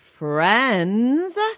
friends